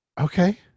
Okay